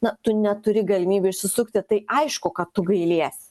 na tu neturi galimybių išsisukti tai aišku kad tu gailiesi